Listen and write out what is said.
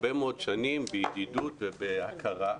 הרבה מאוד שנים בידידות ובהכרה.